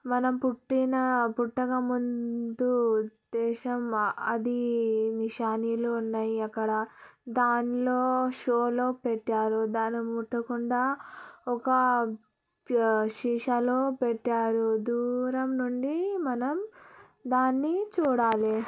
మన పుట్టిన పుట్టక ముందు దేశం అది నిషానిలో ఉన్నాయి అక్కడ దానిలో షోలో పెట్టారు దాని ముట్టకుండా ఒక సీసాలో పెట్టారు దూరం నుండి మనం దాన్ని చూడాలి